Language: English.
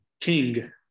King